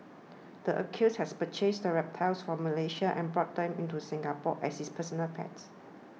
the accused has purchased the reptiles from Malaysia and brought them into Singapore as his personal pets